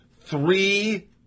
three